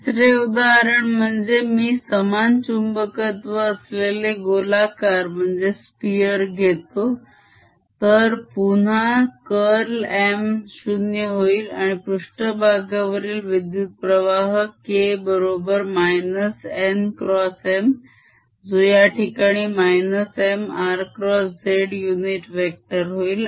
तिसरे उदाहरण म्हणजे मी समान चुंबकत्व असलेले गोलाकार घेतो तर पुन्हा curl M 0 होईल आणि पृष्ठभागावरील विद्युत्प्रवाह K बरोबर -n x M जो याठिकाणी -M r x z unit vector होईल